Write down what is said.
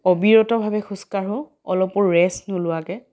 অবিৰতভাৱে খোজকাঢ়োঁ অলপো ৰেষ্ট নোলোৱাকৈ